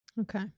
okay